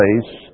place